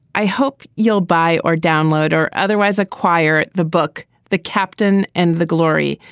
i hope you'll buy or download or otherwise acquire the book. the captain and the glory.